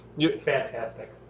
Fantastic